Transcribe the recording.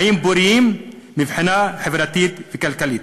חיים פוריים מבחינה חברתית וכלכלית.